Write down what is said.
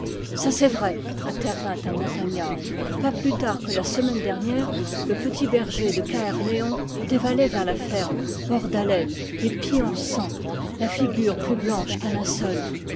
ça c'est vrai intervint un montagnard pas plus tard que la semaine dernière le petit berger de caërléon dévalait vers la ferme hors d'haleine les pieds en sang la figure plus blanche